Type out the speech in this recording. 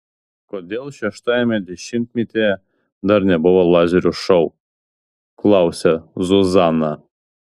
kodėl šeštajame dešimtmetyje dar nebuvo lazerių šou klausia zuzana